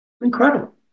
Incredible